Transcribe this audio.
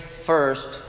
first